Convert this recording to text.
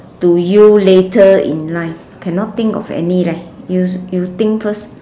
to you later in life cannot think of any leh you you think first